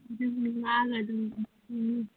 ꯑꯗꯨꯝ